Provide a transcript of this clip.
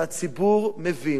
שהציבור מבין,